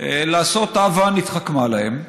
לעשות הבה נתחכמה להם,